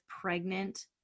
pregnant